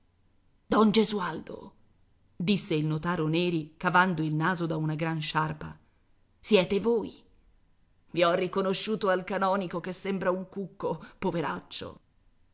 don gesualdo disse il notaro neri cavando il naso da una gran sciarpa siete voi i ho riconosciuto al canonico che sembra un cucco poveraccio